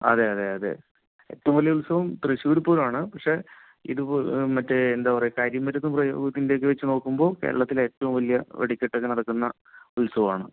അതേയതേ അതേ ഏറ്റവും വലിയ ഉത്സവം തൃശൂർ പൂരമാണ് പക്ഷെ ഇത് മറ്റേ കരിമരുന്ന് പ്രയോഗത്തിൻ്റെയൊക്കെ വച്ചുനോക്കുമ്പോൾ കേരളത്തിലെ ഏറ്റവും വലിയ വെടിക്കെട്ടൊക്കെ നടക്കുന്ന ഉത്സവം ആണ്